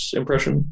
impression